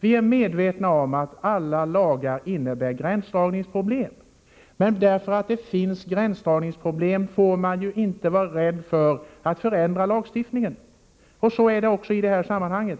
Vi är medvetna om att alla lagar innebär gränsdragningsproblem. Men för den skull får man inte vara rädd för att förändra lagstiftningen. Så är också fallet i detta sammanhang.